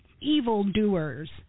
evildoers